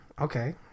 okay